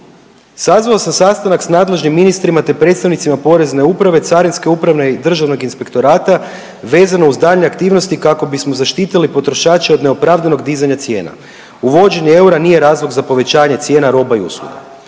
sazvao sam sastanak sa nadležnim ministrima, te predstavnicima porezne uprave, carinske uprave i državnog inspektorata vezano uz daljnje aktivnosti kako bismo zaštitili potrošače od neopravdanog dizanja cijena, uvođenje eura nije razlog za povećanje cijena roba i usluga.